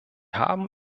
haben